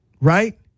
right